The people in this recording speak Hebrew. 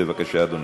בבקשה, אדוני.